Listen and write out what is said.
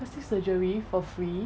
plastic surgery for free